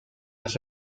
las